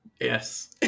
yes